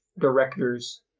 Directors